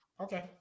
Okay